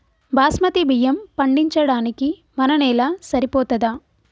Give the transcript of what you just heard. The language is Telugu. బాస్మతి బియ్యం పండించడానికి మన నేల సరిపోతదా?